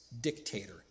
Dictator